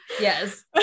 Yes